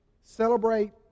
Celebrate